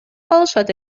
калышат